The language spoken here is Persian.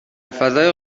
فضای